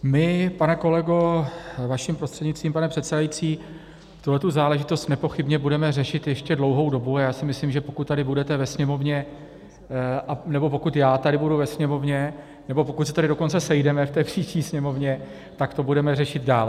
My, pane kolego, vaším prostřednictvím, pane předsedající, tuhle záležitost nepochybně budeme řešit ještě dlouhou dobu a já si myslím, že pokud tady budete ve Sněmovně, nebo pokud já tady budu ve Sněmovně, nebo pokud se tady dokonce sejdeme v té příští Sněmovně, tak to budeme řešit dál.